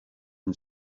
une